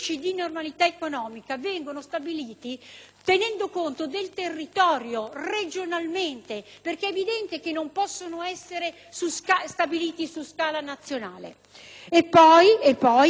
tenendo conto del territorio, regionalmente; è infatti evidente che essi non possono essere stabiliti su scala nazionale. Inoltre, è previsto il potenziamento finanziario dei confidi,